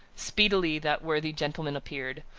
speedily that worthy gentleman appeared,